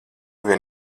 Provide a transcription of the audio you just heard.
vien